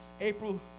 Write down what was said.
April